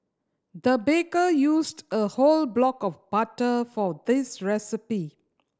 the baker used a whole block of butter for this recipe